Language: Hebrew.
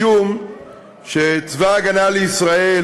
צבא ההגנה לישראל,